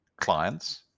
clients